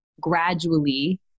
gradually